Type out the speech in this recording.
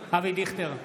אבי דיכטר,